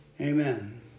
Amen